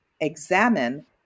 examine